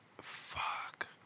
fuck